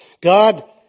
God